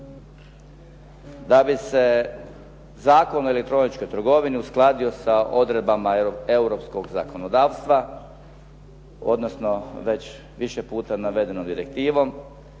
Da bi se Zakon o elektroničkoj trgovini uskladio sa odredbama europskog zakonodavstva, odnosno već više puta navedenom direktivom,